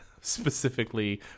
specifically